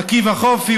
עקיבא חופי,